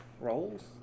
rolls